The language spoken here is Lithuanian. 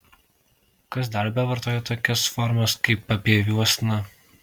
kas dar bevartoja tokias formas kaip papieviuosna